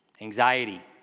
Anxiety